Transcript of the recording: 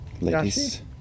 Ladies